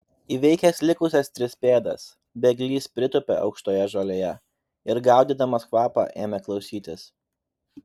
įveikęs likusias tris pėdas bėglys pritūpė aukštoje žolėje ir gaudydamas kvapą ėmė klausytis